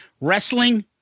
wrestling